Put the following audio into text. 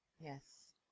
Yes